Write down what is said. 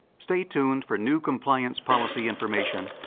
stay tuned for new compliance policy information,